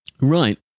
Right